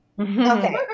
Okay